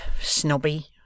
snobby